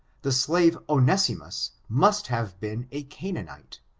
the slave oncssimus must have been a canaanite,